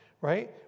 right